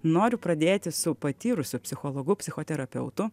noriu pradėti su patyrusiu psichologu psichoterapeutu